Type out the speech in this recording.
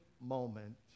moment